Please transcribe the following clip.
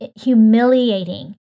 Humiliating